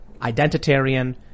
identitarian